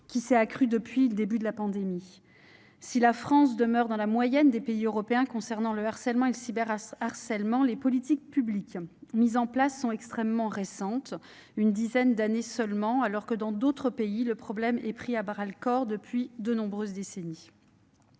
qui s'est accru depuis le début de la pandémie. Si la France demeure dans la moyenne des pays européens concernant le harcèlement et le cyberharcèlement, les politiques publiques mises en place sont extrêmement récentes : elles n'ont qu'une dizaine d'années, alors que dans d'autres pays le problème est pris à bras-le-corps depuis des décennies.